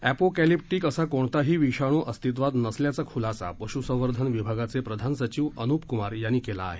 apocalyptic असा कोणताही विषाणू अस्तित्वात नसल्याचा खुलासा पशूसंवर्धन विभागाचे प्रधान सचिव अनुप कुमार यांनी केला आहे